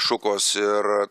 šukos ir